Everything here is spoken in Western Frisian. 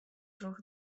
troch